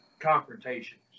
Confrontations